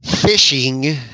fishing